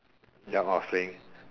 ya I was saying